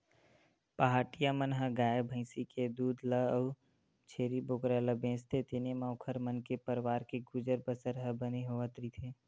पहाटिया मन ह गाय भइसी के दूद ल अउ छेरी बोकरा ल बेचथे तेने म ओखर मन के परवार के गुजर बसर ह बने होवत रहिथे